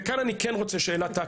וכאן אני כן רוצה לשאול שאלה טקטית.